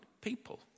people